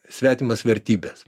svetimas vertybes